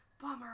Bummer